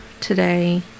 today